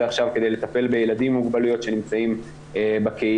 עכשיו כדי לטפל בילדים עם מוגבלויות שנמצאים בקהילה,